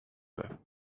байв